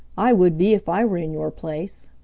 i would be if i were in your place.